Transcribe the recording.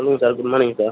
sir good morning sir